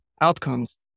Outcomes